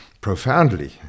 profoundly